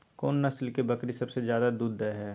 कोन नस्ल के बकरी सबसे ज्यादा दूध दय हय?